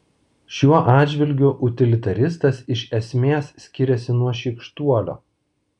šiuo atžvilgiu utilitaristas iš esmės skiriasi nuo šykštuolio